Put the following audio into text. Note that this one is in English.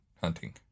hunting